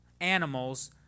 animals